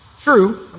True